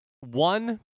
One